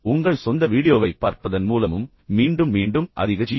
உங்கள் சொந்த வீடியோவைப் பார்ப்பதன் மூலமும் மீண்டும் மீண்டும் அதிக ஜி